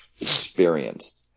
experience